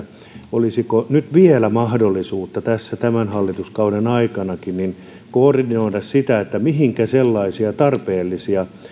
olisiko nyt vielä mahdollisuutta tässä tämän hallituskauden aikanakin koordinoida sitä mihinkä kohdistetaan sellaisia tarpeellisia